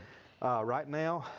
right now,